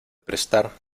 prestar